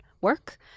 work